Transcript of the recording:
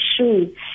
shoes